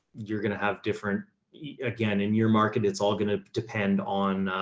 you're going to have different again in your market. it's all gonna depend on, ah,